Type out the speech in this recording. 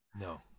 No